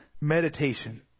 meditation